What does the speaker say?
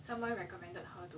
someone recommended her